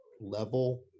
level